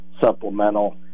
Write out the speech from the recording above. supplemental